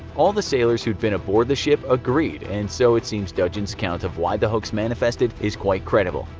all the sailors who'd been aboard the ship agreed, and so it seems dungeon's account of why the hoax manifested is quite credible.